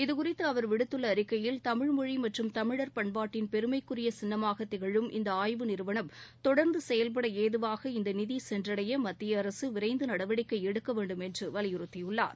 இதுகுறித்து அவர் விடுத்துள்ள அறிக்கையில் தமிழ் மொழி மற்றும் தமிழர் பண்பாட்டின் பெருமைக்கு உரிய சின்னமாக திகழும் இந்த ஆய்வு நிறுவனம் தொடர்ந்து செயல்பட ஏதுவாக இந்த நிதி சென்றடைய மத்திய அரசு விரைந்து நடவடிக்கை எடுக்க வேண்டும் என்று வலியுறுத்தியுள்ளார்